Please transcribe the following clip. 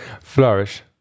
Flourish